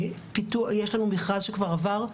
יש לנו מכרז שכבר עבר,